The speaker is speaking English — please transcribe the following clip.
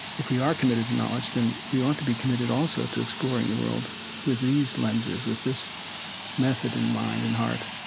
if we are committed to knowledge, then we ought to be committed also to exploring the world with these lenses, with this method in mind and heart